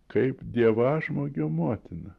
kaip dievažmogių motina